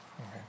Okay